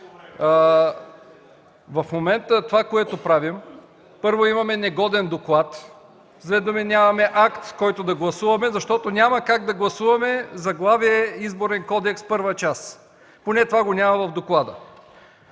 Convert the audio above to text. В момента това, което правим е – първо, имаме негоден доклад. С две думи – нямаме акт, който да гласуваме, защото няма как да гласуваме заглавие „Изборен кодекс – Първа част“. Поне това го няма в доклада.